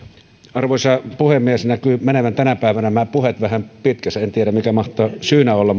arvoisa puhemies näkyy menevän tänä päivänä nämä puheet vähän pitkäksi en tiedä mikä mahtaa olla